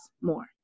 more